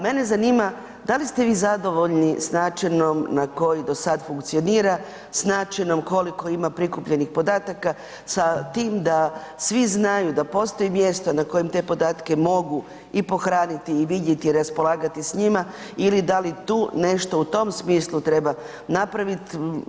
Mene zanima, da li ste vi zadovoljni s načinom na koji do sada funkcionira s načinom koliko ima prikupljenih podataka sa tim da svi zajedno da postoji mjesto na kojem te podatke mogu i pohraniti i vidjeti i raspolagati s njima ili da li tu nešto u tom smislu treba napraviti?